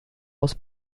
aus